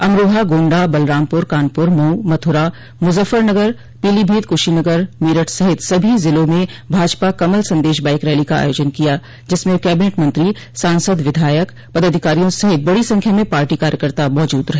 अमरोहा गोण्डा बलरामपुर कानपुर मऊ मथुरा मुजफ्फरनगर पीलीभीत कुशीनगर मेरठ सहित सभी जिलों में भाजपा कमल संदेश बाईक रैली का आयोजन किया जिसमें कैबिनेट मंत्री सांसद विधायक पदाधिकारियों सहित बड़ी संख्या में पार्टी कार्यकर्ता मौजूद रहे